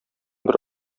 бер